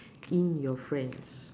in your friends